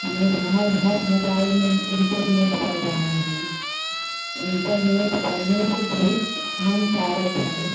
हमें घर घर मोबाइल में इन्टरनेट चल रहा है इन्टरनेट चलने से बहुत हानिकारक है